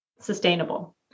sustainable